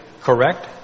correct